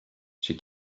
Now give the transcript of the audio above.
she